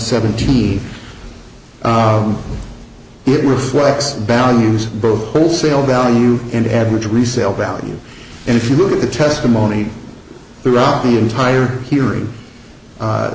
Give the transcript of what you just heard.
seventeen it were threats values both wholesale value and average resale value and if you look at the testimony throughout the entire hearing